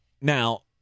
Now